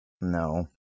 No